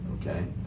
okay